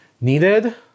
needed